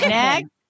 next